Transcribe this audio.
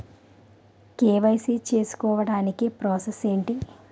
KYC చేసుకోవటానికి process ఏంటి?